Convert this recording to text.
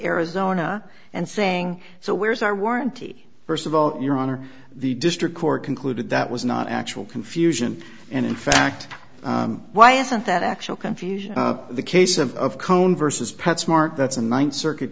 arizona and saying so where is our warranty first of all your honor the district court concluded that was not actual confusion and in fact why isn't that actual confusion the case of cone versus pet smart that's a ninth circuit